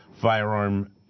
firearm